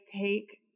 take